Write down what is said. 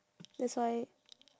that's why